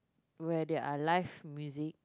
where there are live music